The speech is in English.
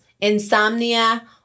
insomnia